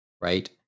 Right